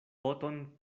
poton